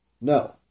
No